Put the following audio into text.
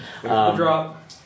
drop